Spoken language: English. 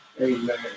Amen